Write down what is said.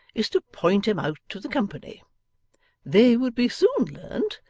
is to point em out to the company they would be soon learnt,